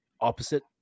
opposite